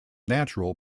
natural